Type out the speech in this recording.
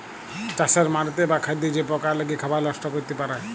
চাষের মাটিতে বা খাদ্যে যে পকা লেগে খাবার লষ্ট ক্যরতে পারে